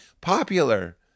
popular